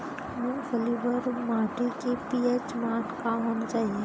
मूंगफली बर माटी के पी.एच मान का होना चाही?